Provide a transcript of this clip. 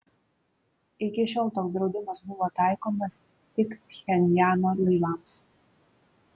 iki šiol toks draudimas buvo taikomas tik pchenjano laivams